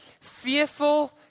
fearful